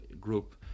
group